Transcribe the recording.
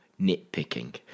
nitpicking